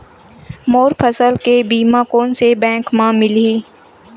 मोर फसल के बीमा कोन से बैंक म मिलही?